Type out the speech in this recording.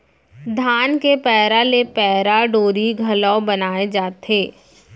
धान के पैरा ले पैरा डोरी घलौ बनाए जाथे